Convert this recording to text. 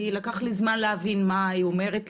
לקח לי זמן להבין מה היא אומרת.